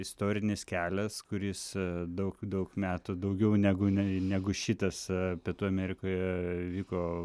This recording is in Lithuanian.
istorinis kelias kuris daug daug metų daugiau negu nei negu šitas pietų amerikoje vyko